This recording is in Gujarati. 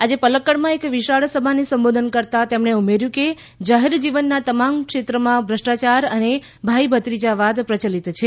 આજે પલક્કડમાં એક વિશાળ સભાને સંબોધન કરતાં તેમણે ઉમેર્યું કે જાહેર જીવનના તમામ ક્ષેત્રમાં ભ્રષ્ટાચાર અને ભાઈ ભત્રીજાવાદ પ્રયલિત છે